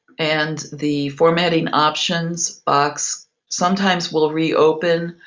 and the formatting options box sometimes will reopen,